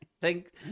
Thank